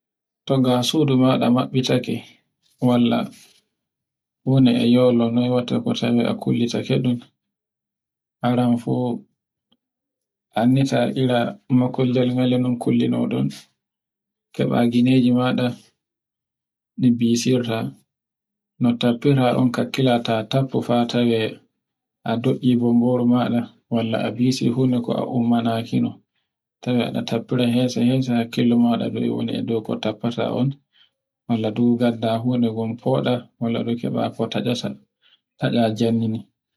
.ton na sudu maɗa mabbitake, walla funa e yolo noy watto a tawe a kullita kedun aran fju anndita iran makulliyel min kullino ɗun. Keba hine ji maɗa ɗi bisirta no takkirta on kakkila ta taffo towe a doii bomboru maɗa walla a bisi funa ko a ummanaki no,